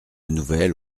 nouvelle